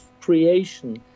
creation